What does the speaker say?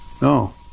No